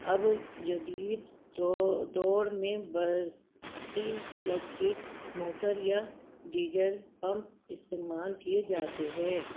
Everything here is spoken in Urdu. اب جدید دوڑ میں برقی الیکٹرک موٹر یا ڈیزل پمپ استعمال کیے جاتے ہیں